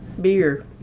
beer